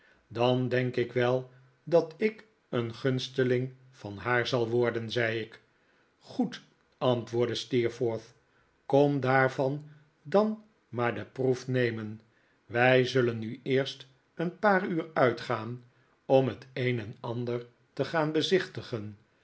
dan denk ik wel dat ik een gunsteling van haar zal worden zei ik goed antwoordde steerforth kom daarvan dan maar de proef riemen wij zullen nu eerst een paar uur uitgaan om het een en ander te gaan bezichtigen